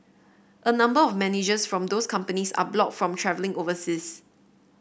a number of managers from those companies are blocked from travelling overseas